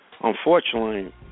Unfortunately